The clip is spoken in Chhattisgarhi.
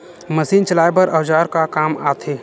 मशीन चलाए बर औजार का काम आथे?